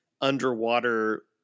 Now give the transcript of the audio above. underwater